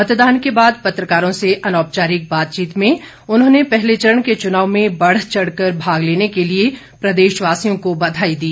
मतदान के बाद पत्रकारों से अनौपचारिक बातचीत में उन्होंने पहले चरण के चुनाव में बढ़ चढ़ कर भाग लेने के लिए प्रदेशवासियों को बधाई दी